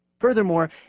Furthermore